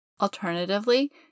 Alternatively